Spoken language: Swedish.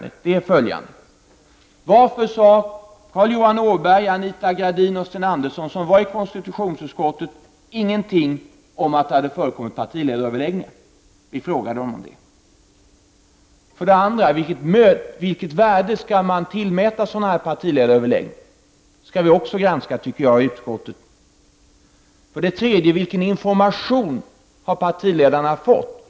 För det första: Varför sade Carl Johan Åberg, Anita Gradin och Sten Andersson, som var kallade till konstitutionsutskottet, ingenting om att det hade förekommit partiledaröverläggningar? Vi frågade dem om det. För det andra: Vilket värde skall man tillmäta sådana partiledaröverläggningar? Det tycker jag också skall granskas i utskottet. För det tredje: Vilken information har partiledarna fått?